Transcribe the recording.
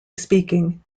speaking